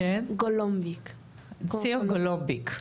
אני בת 14,